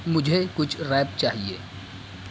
مجھے کچھ ریپ چاہیے